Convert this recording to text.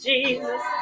Jesus